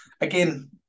again